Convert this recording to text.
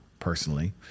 Personally